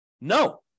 No